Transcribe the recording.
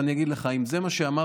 ואני אגיד לך: אם זה מה שאמרת,